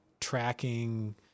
tracking